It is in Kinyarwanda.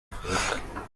afurika